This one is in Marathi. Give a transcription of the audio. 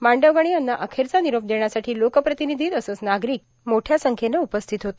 मांडवगणे यांना अखेरचा निरोप देण्यासाठी लोकप्रतिनिधी तसंच नागरिक मोठ्या संख्येनं उपस्थित होते